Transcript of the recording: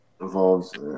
involves